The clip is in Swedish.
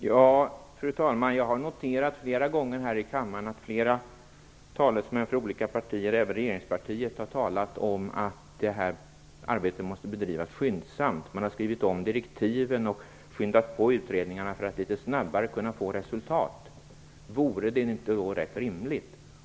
Fru talman! Jag har noterat flera gånger här i kammaren att flera talesmän för olika partier, även regeringspartiet, har talat om att arbetet måste bedrivas skyndsamt. Man har skrivit om direktiven och skyndat på utredningarna för att litet snabbare kunna få resultat.